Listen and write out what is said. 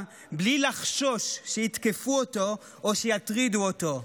בלי לחשוש שיתקפו אותו או שיטרידו אותו.